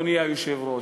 אדוני היושב-ראש,